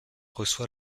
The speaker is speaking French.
reçoit